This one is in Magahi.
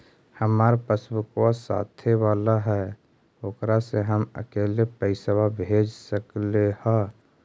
हमार पासबुकवा साथे वाला है ओकरा से हम अकेले पैसावा भेज सकलेहा?